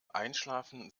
einschlafen